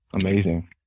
Amazing